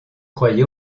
croyez